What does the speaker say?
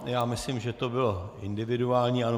Já myslím, že to bylo individuální.